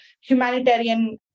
humanitarian